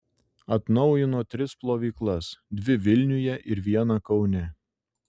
atnaujino tris plovyklas dvi vilniuje ir vieną kaune